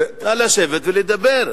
חבר הכנסת מקלב, נא לשבת ולדבר.